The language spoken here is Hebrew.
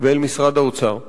ואל משרד האוצר ואומר: